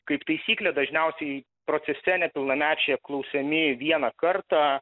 kaip taisyklė dažniausiai procese nepilnamečiai apklausiami vieną kartą